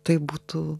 tai būtų